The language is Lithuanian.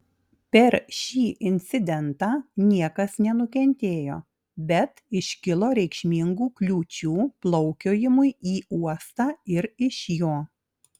per šį incidentą niekas nenukentėjo bet iškilo reikšmingų kliūčių plaukiojimui į uostą ir iš jo